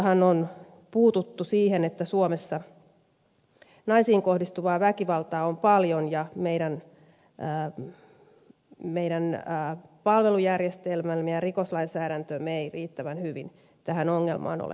ykssahan on puututtu siihen että suomessa naisiin kohdistuvaa väkivaltaa on paljon ja meidän palvelujärjestelmämme ja rikoslainsäädäntömme eivät riittävän hyvin tähän ongelmaan ole puuttuneet